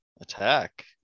attack